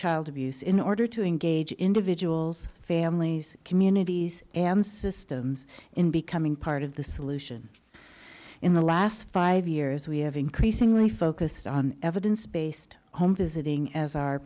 child abuse in order to engage individuals families communities and systems in becoming part of the solution in the last five years we have increasingly focused on evidence based home visiting as our